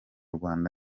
rwanda